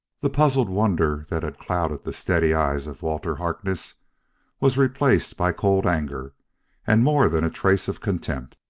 the puzzled wonder that had clouded the steady eyes of walter harkness was replaced by cold anger and more than a trace of contempt.